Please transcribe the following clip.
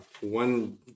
one